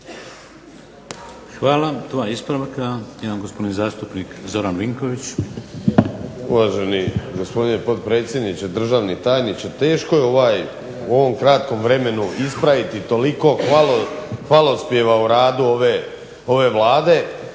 Hvala. Dva ispravka. Jedan gospodin zastupnik Zoran Vinković. **Vinković, Zoran (HDSSB)** Uvaženi gospodine potpredsjedniče, državni tajniče, teško je ovaj, u ovom kratkom vremenu ispraviti toliko hvalospjeva o radu ove Vlade,